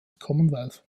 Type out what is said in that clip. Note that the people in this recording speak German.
commonwealth